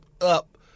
up